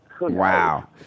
Wow